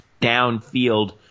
downfield